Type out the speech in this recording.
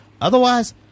Otherwise